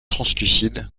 translucide